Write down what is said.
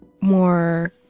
more